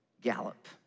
gallop